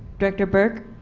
director burke